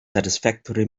satisfactory